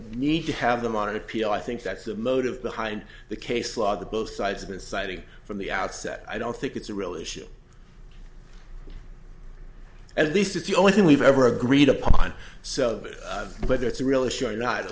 need to have them on appeal i think that's the motive behind the case law that both sides of inciting from the outset i don't think it's a real issue at least if the only thing we've ever agreed upon so whether it's really sure not at